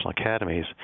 Academies